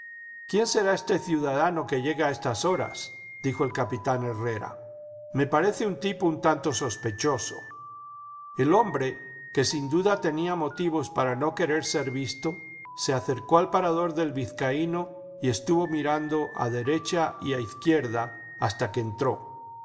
quién será este ciudadano que llega a estas horas dijo el capitán herrera me parece un tipo un tanto sospechoso el hombre que sin duda tenía motivos para no querer ser visto se acercó al parador del vizcaíno y estuvo mirando a derecha y a izquierda hasta que entró